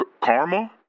Karma